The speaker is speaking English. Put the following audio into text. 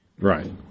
Right